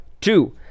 Two